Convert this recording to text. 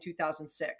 2006